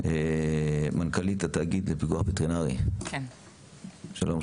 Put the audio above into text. מנכ"לית התאגיד לפיקוח וטרינרי, שלום,